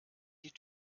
die